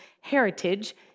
heritage